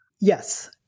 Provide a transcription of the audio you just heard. Yes